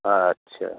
আচ্ছা